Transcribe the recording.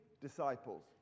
disciples